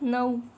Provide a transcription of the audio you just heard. नऊ